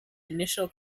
initial